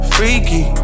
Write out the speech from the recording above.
Freaky